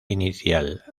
inicial